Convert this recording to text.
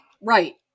Right